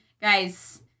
guys